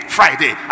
Friday